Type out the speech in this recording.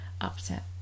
upset